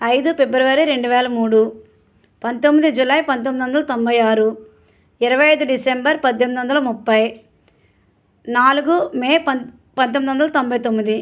ఐదు ఫిబ్రవరి రెండు వేల మూడు పంతొమ్మిది జులై పంతొమ్మిది వందల తొంభై ఆరు ఇరవై ఐదు డిసెంబర్ పద్దెనిమిది వందల ముప్పై నాలుగు మే పం పంతొమ్మిది వందల తొంభై తొమ్మిది